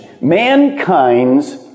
mankind's